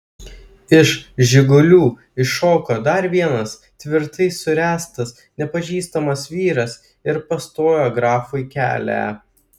iš žigulių iššoko dar vienas tvirtai suręstas nepažįstamas vyras ir pastojo grafui kelią